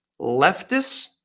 leftists